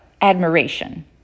admiration